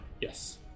Yes